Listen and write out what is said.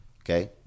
Okay